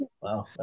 Wow